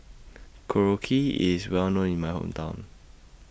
Korokke IS Well known in My Hometown